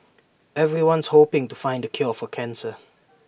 everyone's hoping to find the cure for cancer